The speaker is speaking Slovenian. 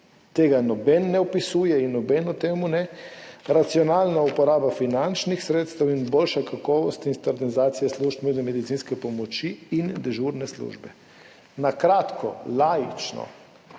tega noben ne opisuje in noben o tem ne [govori], racionalna uporaba finančnih sredstev in boljša kakovost in standardizacija služb nujne medicinske pomoči in dežurne službe. Na kratko, laično.